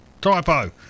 typo